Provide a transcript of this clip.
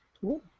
Cool